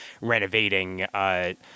renovating